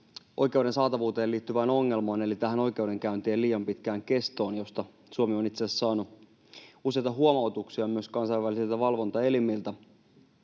oikeuden saatavuuteen liittyvään ongelmaan eli tähän oikeudenkäyntien liian pitkään kestoon, josta Suomi on itse asiassa saanut useita huomautuksia myös kansainvälisiltä valvontaelimiltä.